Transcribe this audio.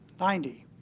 ninety,